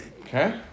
Okay